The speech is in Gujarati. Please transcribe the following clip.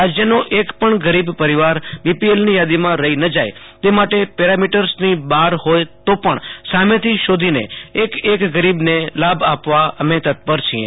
રાજ્યનો એક પણ ગરીબ પરિવાર બીપીએલની યાદીમાં રહી ન જાય તે માટે પેરામીટર્સની બહાર હોય તો પણ સામેથી શોધીને એક એક ગરીબને લાભ આપવા અમે તત્પર છીએ